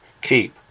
keep